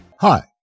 Hi